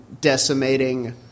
decimating